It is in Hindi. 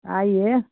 आइए